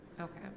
Okay